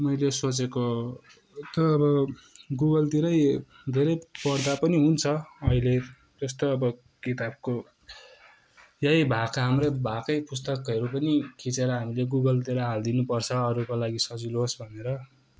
मैले सोचेको त अब गुगलतिरै धेरै पढ्दा पनि हुन्छ अहिले त्यस्तो अब किताबको यही भएका हाम्रै भएकै पुस्तकहरू पनि खिचेर हामीले गुगलतिर हालिदिनु पर्छ अरूको लागि सजिलो होस् भनेर